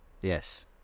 Yes